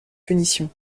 punitions